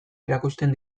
erakusten